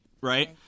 Right